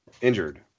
injured